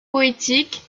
poétiques